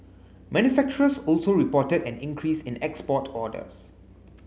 manufacturers also reported an increase in export orders